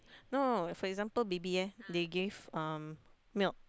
no no no for example baby eh they give um milk